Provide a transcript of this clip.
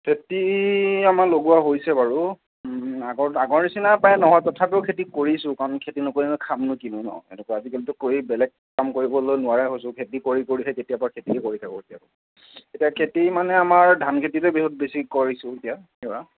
খেতি আমাৰ লগোৱা হৈছে বাৰু আগৰ নিচিনা প্ৰায় নহয় তথাপিও খেতি কৰিছোঁ কাৰণ খেতি নকৰিলেনো খামনো কিনো ন' সেইতো কোৱা আজিকালিতো বেলেগ কাম কৰিবলৈ নোৱাৰাই হৈছোঁ খেতি কৰি কৰী সেই তেতিয়াৰ পৰা খেতিয়েই কৰি থাকোঁ এতিয়া খেতি মানে আমাৰ ধান খেতিটো বেছি কৰিছোঁ এতিয়া এইবাৰ